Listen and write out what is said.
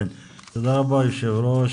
תודה רבה היו"ר,